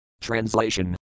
Translation